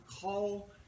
call